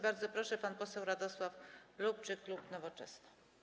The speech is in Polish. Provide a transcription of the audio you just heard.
Bardzo proszę, pan poseł Radosław Lubczyk, klub Nowoczesna.